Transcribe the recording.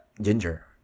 ginger